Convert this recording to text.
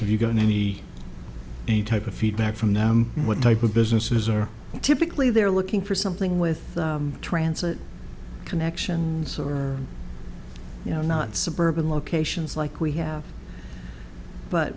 if you got any type of feedback from them what type of businesses are typically they're looking for something with transit connections or you know not suburban locations like we have but